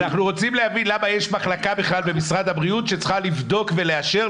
אנחנו רוצים להבין למה יש מחלקה בכלל במשרד הבריאות שצריכה לבדוק ולאשר,